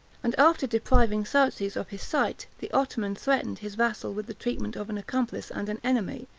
and, after depriving sauzes of his sight, the ottoman threatened his vassal with the treatment of an accomplice and an enemy,